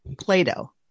Plato